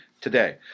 today